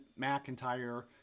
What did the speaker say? McIntyre